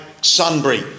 Sunbury